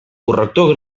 corrector